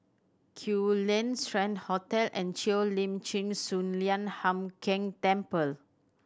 Kew Lane Strand Hotel and Cheo Lim Chin Sun Lian Hup Keng Temple